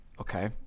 Okay